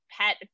pet